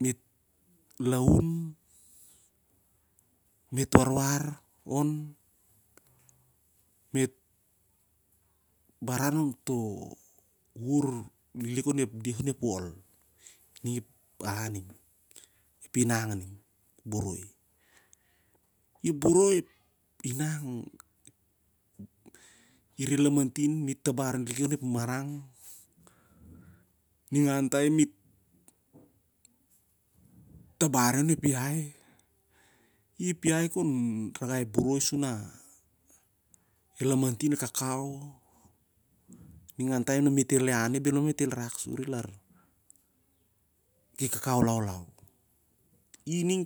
Mit laun mit warwar on mit baran on to ur liklik on ep deh onep wol ining ep baren ning ep inang ning ep boroi im boroi inang i re lamantin mit tabar liki onep marang ningan taem mit tabar i onep iai su el lamantin el kakau ningan taim na mit el ian i ap bel ma mit el rat suri lar ki kakau laulau ining